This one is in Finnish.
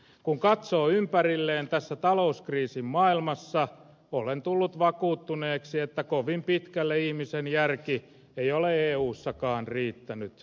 kun katsoo ympärilleen tässä talouskriisin maailmassa olen tullut vakuuttuneeksi että kovin pitkälle ihmisen järki ei ole eussakaan riittänyt